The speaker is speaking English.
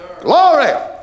Glory